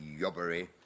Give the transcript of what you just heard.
yobbery